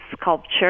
sculpture